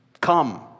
Come